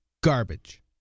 garbage